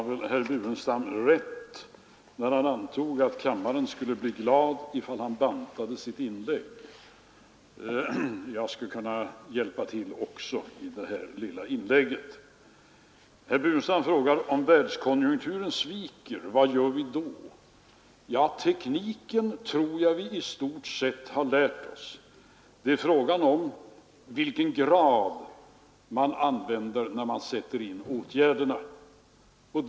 Vad gör vi om världskonjunkturen viker? Ja, tekniken tror jag att vi i stort sett har lärt oss. Frågan är i vilken grad man väljer att sätta in åtgärderna.